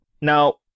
Now